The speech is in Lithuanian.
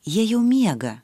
jie jau miega